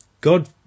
God